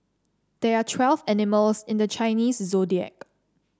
there are twelve animals in the Chinese Zodiac